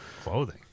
Clothing